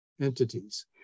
entities